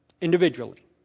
individually